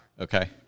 Okay